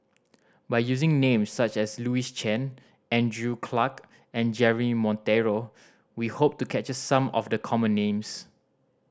by using names such as Louis Chen Andrew Clarke and Jeremy Monteiro we hope to capture some of the common names